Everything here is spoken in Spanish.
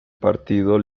partido